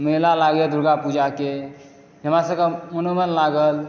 मेला लागैया दुर्गा पूजा के हमरा सबके मनोरञ्जन लागल